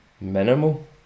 minimal